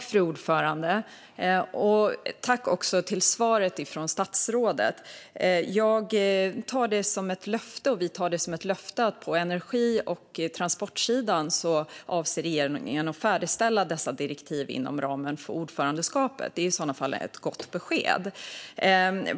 Fru talman! Tack för svaret, statsrådet! Vi tar det som ett löfte att regeringen avser att färdigställa dessa direktiv på energi och transportsidan inom ramen för ordförandeskapet. Det är i sådana fall ett gott besked.